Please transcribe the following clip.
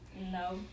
No